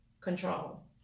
Control